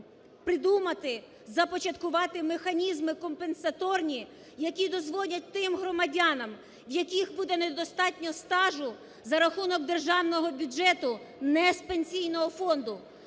придумати, започаткувати механізми компенсаторні, які дозволять тим громадянам, в яких буде недостатньо стажу, за рахунок державного бюджету, не з Пенсійного фонду,